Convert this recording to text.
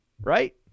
right